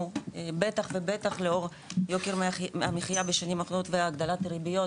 בטח ובטח לאור יוקר המחייה בשנים האחרונות והגדלת הריביות,